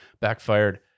Backfired